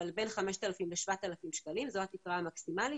אבל בין 5,000 ל-7,000 שקלים זו התקרה המקסימלית,